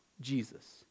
Jesus